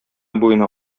буена